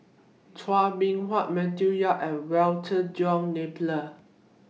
Chua Beng Huat Matthew Yap and Walter John Napier